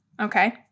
Okay